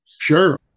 sure